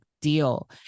deal